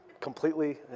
Completely